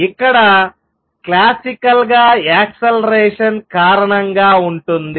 ఇక్కడ క్లాసికల్ గా యాక్సెలరేషన్ కారణంగా ఉంటుంది